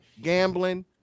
gambling